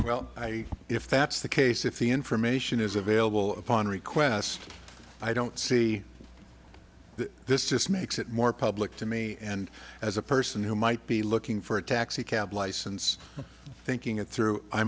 well i if that's the case if the information is available upon request i don't see this just makes it more public to me and as a person who might be looking for a taxicab license thinking it through i